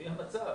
לפי המצב.